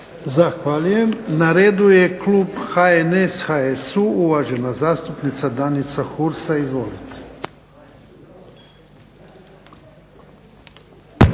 Zahvaljujem. Na redu je klub HNS, HSU, uvažena zastupnica Danica Hursa. Izvolite.